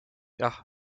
jah